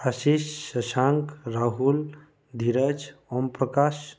Ashish Shashank Rahul Dheeraj Om Prakash